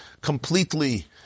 completely